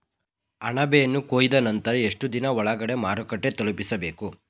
ಅಣಬೆಯನ್ನು ಕೊಯ್ದ ನಂತರ ಎಷ್ಟುದಿನದ ಒಳಗಡೆ ಮಾರುಕಟ್ಟೆ ತಲುಪಿಸಬೇಕು?